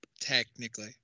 Technically